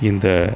இந்த